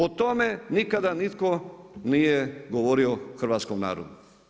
O tome nikada nitko nije govorio hrvatskom narodu.